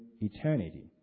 eternity